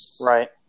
right